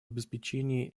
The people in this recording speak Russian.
обеспечении